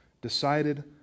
decided